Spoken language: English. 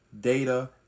data